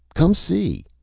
come see.